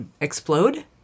Explode